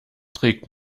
trägt